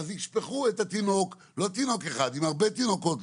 ישפכו את התינוקות עם המים.